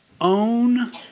own